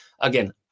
Again